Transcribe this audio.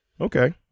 Okay